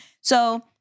So-